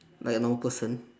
like a normal person